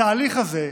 בתהליך הזה,